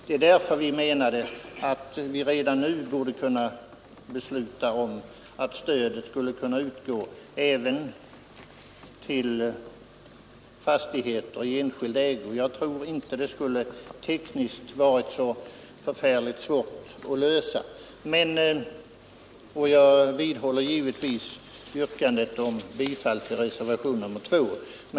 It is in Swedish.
Det är därför vi menar att riksdagen redan nu borde kunna fatta beslut om att stöd skall kunna utgå även till enskilda fastighetsägare. Jag tror inte att det tekniskt skulle vara så svårt att lösa det. Jag vidhåller givetvis yrkandet om bifall till reservationen 2.